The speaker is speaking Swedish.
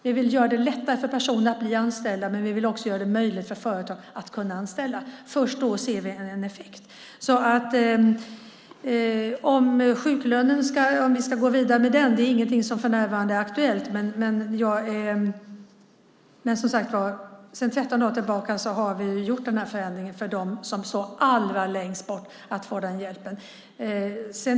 Vi vill göra det lättare för personer att bli anställda, och vi vill också göra det möjligt för företag att anställa. Först då ser vi en effekt. Det är inte aktuellt att gå vidare med sjuklönen för närvarande. Sedan 13 dagar tillbaka har vi den här förändringen för dem som står allra längst bort. De kan nu få den hjälpen.